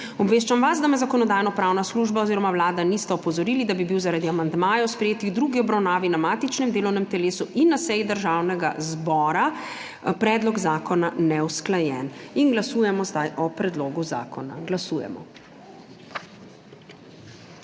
Obveščam vas, da me Zakonodajno-pravna služba oziroma Vlada nista opozorili, da bi bil zaradi amandmajev, sprejetih v drugi obravnavi na matičnem delovnem telesu in na seji Državnega zbora, predlog zakona neusklajen. Zdaj glasujemo o predlogu zakona. Glasujemo.